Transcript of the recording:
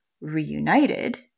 reunited